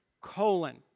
colon